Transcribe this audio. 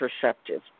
perceptive